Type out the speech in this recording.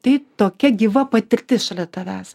tai tokia gyva patirtis šalia tavęs